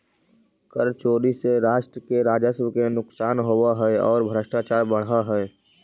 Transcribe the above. कर चोरी से राष्ट्र के राजस्व के नुकसान होवऽ हई औ भ्रष्टाचार बढ़ऽ हई